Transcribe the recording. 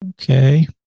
Okay